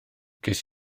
ces